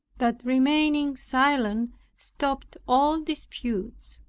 that remaining silent stopped all disputes,